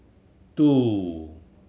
two